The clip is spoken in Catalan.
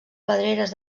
pedreres